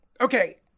okay